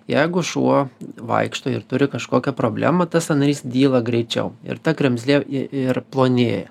jeigu šuo vaikšto ir turi kažkokią problemą tas sąnarys dyla greičiau ir ta kremzlė ir plonėja